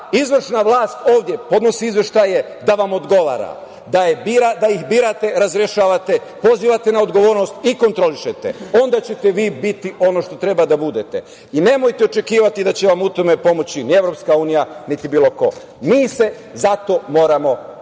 izvršna vlast ovde podnosi izveštaje, da vam odgovara, da ih birate, razrešavate, pozivate na odgovornost i kontrolišete, onda ćete vi biti ono što treba da budete i nemojte očekivati da će vam u tome pomoći EU, niti bilo ko. Mi se za to moramo